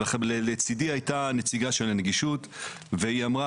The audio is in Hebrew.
ולצדי הייתה נציגה של הנגישות והיא אמרה